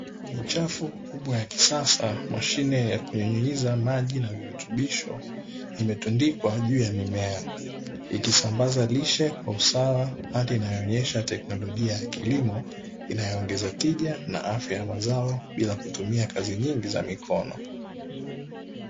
Safu kubwa ya kisasa mashine ya kunyunyuliza maji na virutubisho imetundikwa juu ya mimea inayosambaza rishe kwa usawa hali inayoonyesha tekinolojia ya kilimo inayoongeza tija na afya ya mazao bila kutumia kazi nyingi za mkono.